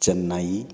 Chennai